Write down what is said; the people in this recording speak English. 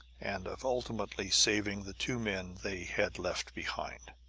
and of ultimately saving the two men they had left behind.